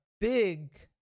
big